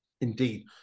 Indeed